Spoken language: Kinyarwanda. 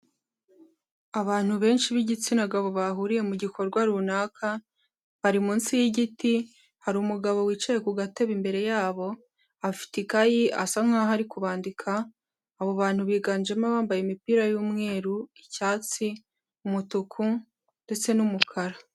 Abantu benshi b'igitsina gabo bahuriye mugikorwa runaka bari munsi y'igiti, hari umugabo wicaye ku gatebe imbere yabo afite ikayi asa nk'uri kubandika, abo bantu biganjemo abambaye imipira yumweru icyatsi umutuku ndetse n'umukara.